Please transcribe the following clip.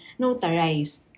notarized